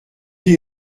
est